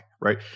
right